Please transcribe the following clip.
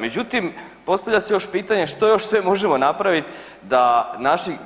Međutim, postavlja se još pitanje, što još sve možemo napravit da